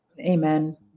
Amen